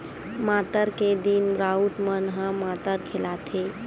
मातर के दिन राउत मन ह मातर खेलाथे